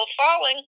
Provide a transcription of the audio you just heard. falling